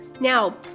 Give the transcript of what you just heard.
Now